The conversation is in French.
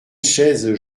chaises